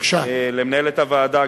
למנהלת הוועדה,